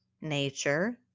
nature